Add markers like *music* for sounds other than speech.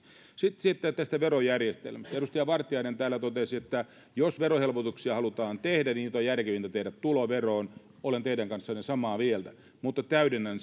sitten tästä verojärjestelmästä edustaja vartiainen täällä totesi että jos verohelpotuksia halutaan tehdä niin niitä on järkevintä tehdä tuloveroon olen teidän kanssanne samaa mieltä mutta täydennän *unintelligible*